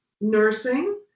nursing